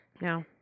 no